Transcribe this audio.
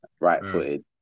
right-footed